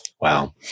Wow